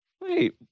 wait